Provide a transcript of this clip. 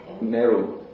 narrow